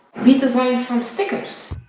we designed some stickers.